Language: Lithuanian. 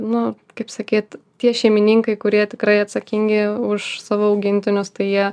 nu kaip sakyt tie šeimininkai kurie tikrai atsakingi už savo augintinius tai jie